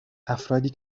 افرادی